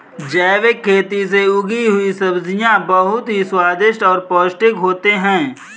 जैविक खेती से उगी हुई सब्जियां बहुत ही स्वादिष्ट और पौष्टिक होते हैं